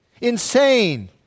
insane